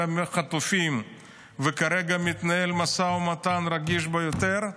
החטופים וכרגע מתנהל משא ומתן רגיש ביותר,